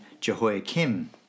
Jehoiakim